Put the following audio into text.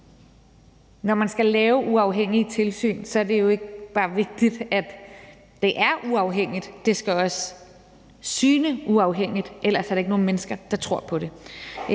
Når man skal lave uafhængige tilsyn, er det jo ikke bare vigtigt, at de er uafhængige. De skal også syne uafhængige. Ellers er der ikke nogen mennesker, der tror på det,